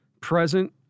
present